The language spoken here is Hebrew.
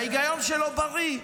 וההיגיון שלו בריא,